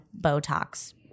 Botox